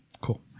Cool